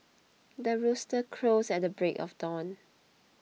the rooster crows at the break of dawn